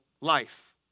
life